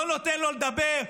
לא נותן לו לדבר,